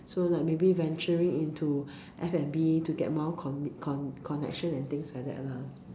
so like maybe venturing into F_N_B to get more commit con~ connection and things like that lah